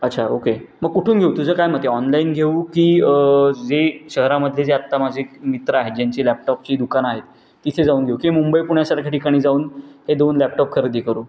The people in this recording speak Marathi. अच्छा ओके मग कुठून घेऊ तुझं काय मत आहे ऑनलाईन घेऊ की जे शहरामधले जे आत्ता माझे एक मित्र आहेत ज्यांची लॅपटॉपची दुकानं आहेत तिथे जाऊन घेऊ की मुंबई पुण्यासारख्या ठिकाणी जाऊन ते दोन लॅपटॉप खरेदी करू